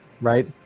right